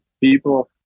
people